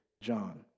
John